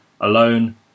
alone